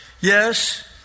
Yes